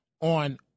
on